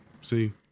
See